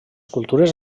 cultures